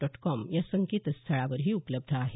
dot com या संकेतस्थळावरही उपलब्ध आहे